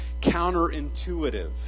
counterintuitive